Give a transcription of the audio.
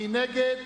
מי נגד?